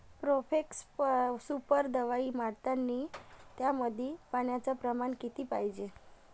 Profex super दवाई मारतानी त्यामंदी पान्याचं प्रमाण किती पायजे?